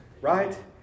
right